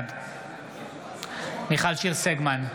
בעד מיכל שיר סגמן,